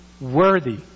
worthy